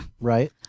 Right